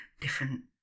Different